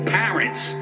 parents